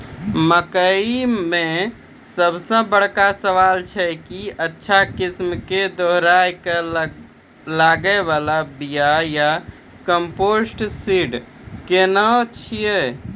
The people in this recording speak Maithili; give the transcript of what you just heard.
मकई मे सबसे बड़का सवाल छैय कि अच्छा किस्म के दोहराय के लागे वाला बिया या कम्पोजिट सीड कैहनो छैय?